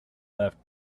laughed